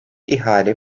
ihale